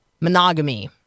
Monogamy